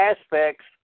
aspects